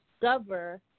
discover